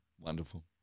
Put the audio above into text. wonderful